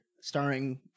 starring